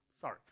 Sorry